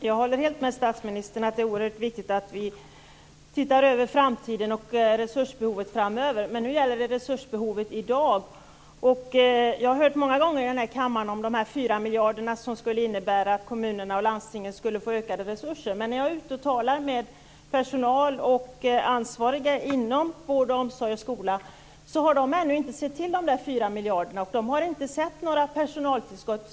Fru talman! Jag håller helt med statsministern om att det är oerhört viktigt att vi tittar över resursbehovet i framtiden, men nu gäller det resursbehovet i dag. Jag har många gånger här i kammaren hört talas om de 4 miljarder som skulle innebära att kommuner och landsting får ökade resurser, men när jag är ute och talar med personal och ansvariga inom vård, omsorg och skola visar det sig att de ännu inte sett till de där 4 miljarderna. De har inte sett några personaltillskott.